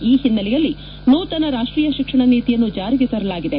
ಈ ಓನ್ನೆಲೆಯಲ್ಲಿ ನೂತನ ರಾಷ್ಟೀಯ ಶಿಕ್ಷಣ ನೀತಿಯನ್ನು ಜಾರಿಗೆ ತರಲಾಗಿದೆ